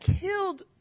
killed